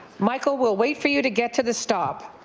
michael will wait for you to get to the stop.